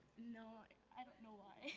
no, i i don't know why.